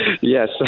Yes